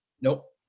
Nope